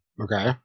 Okay